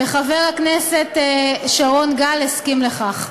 וחבר הכנסת שרון גל הסכים לכך.